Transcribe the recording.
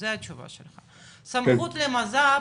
זה התשובה שלך, סמכות למז"פ